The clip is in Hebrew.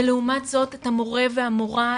ולעומת זאת את המורה והמורה,